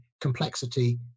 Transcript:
complexity